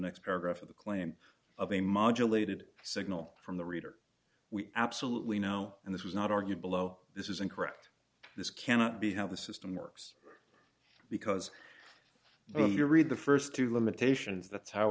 next paragraph of the claim of a module a did signal from the reader we absolutely know and this was not argued below this is incorrect this cannot be how the system works because when you read the st two limitations that's how